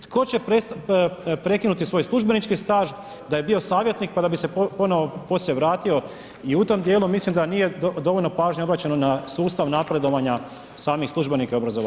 Tko će prekinuti svoj službenički staž da je bio savjetnik, pa da bi se ponovo poslije vratio i u tom dijelu mislim da nije dovoljno pažnje obraćano na sustav napredovanja samih službenika i obrazovanja.